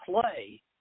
play